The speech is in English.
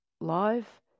live